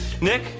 Nick